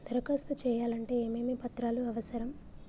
దరఖాస్తు చేయాలంటే ఏమేమి పత్రాలు అవసరం?